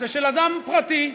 זה של אדם פרטי,